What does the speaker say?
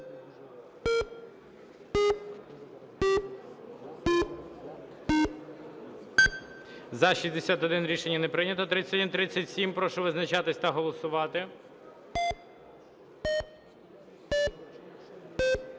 За-62 Рішення не прийнято. 3135. Прошу визначатись та голосувати.